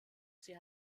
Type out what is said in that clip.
sie